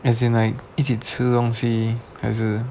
as in like 一起吃东西还是